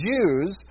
Jews